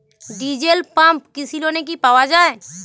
Diesel pump কৃষি লোনে কি পাওয়া য়ায়?